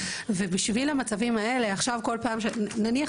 ובשביל המצבים האלה עכשיו כל פעם ש נניח